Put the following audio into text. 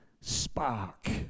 spark